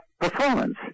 performance